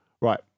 right